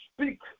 speak